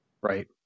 right